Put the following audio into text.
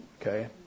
Okay